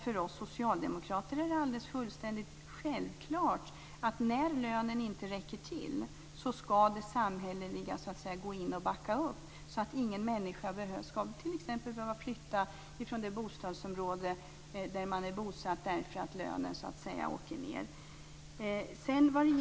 För oss socialdemokrater är det fullständigt självklart att när lönen inte räcker till skall det samhälleliga gå in och backa upp, så att ingen människa skall behöva flytta från det bostadsområde där han eller hon är bosatt på grund av att lönen har minskat.